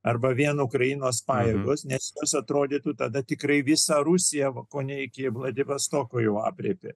arba vien ukrainos pajėgos atrodytų tada tikrai visą rusiją kone iki vladivostoko jau aprėpė